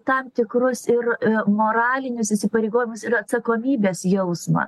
tam tikrus ir moralinius įsipareigojimus ir atsakomybės jausmą